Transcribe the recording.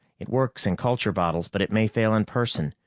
it works in culture bottles, but it may fail in person.